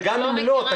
וגם אם לא,